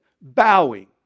bowing